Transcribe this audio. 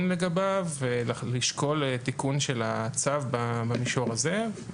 לגביו ולשקול תיקון של הצו במישור הזה.